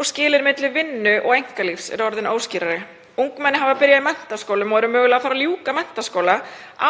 og skilin milli vinnu og einkalífs eru orðin óskýrari. Ungmenni hafa byrjað í menntaskólum og eru mögulega að fara að ljúka menntaskóla